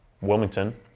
Wilmington